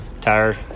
tire